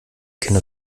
kinder